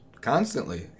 constantly